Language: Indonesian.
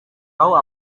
tahu